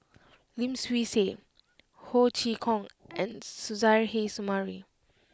Lim Swee Say Ho Chee Kong and Suzairhe Sumari